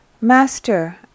master